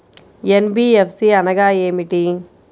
NBFC అనగా ఏమిటీ?